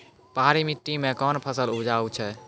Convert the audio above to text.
पहाड़ी मिट्टी मैं कौन फसल उपजाऊ छ?